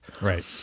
Right